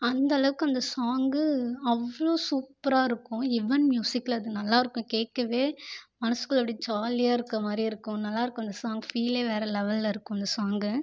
அந்த அளவுக்கு அந்த சாங் அவ்வளோ சூப்பராக இருக்கும் யுவன் மியூசிக்கில் அது நல்லா இருக்கும் கேட்கவே மனசுக்குள்ளே அப்படியே ஜாலியாக இருக்கிற மாதிரி இருக்கும் நல்லா இருக்கும் அந்த சாங் ஃபீலே வேறு லெவலில் இருக்கும் அந்த சாங்